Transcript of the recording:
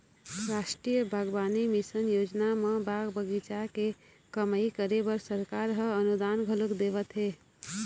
रास्टीय बागबानी मिसन योजना म बाग बगीचा के कमई करे बर सरकार ह अनुदान घलोक देवत हे